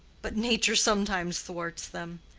but nature sometimes thwarts them.